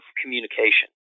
communication